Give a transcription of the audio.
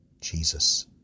Jesus